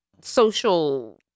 social